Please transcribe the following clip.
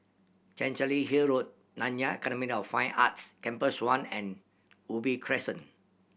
Chancery Hill Road Nanyang Academy of Fine Arts Campus One and Ubi Crescent